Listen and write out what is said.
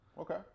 okay